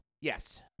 Yes